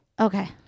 Okay